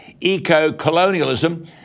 eco-colonialism